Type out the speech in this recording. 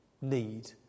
need